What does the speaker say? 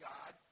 God